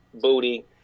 booty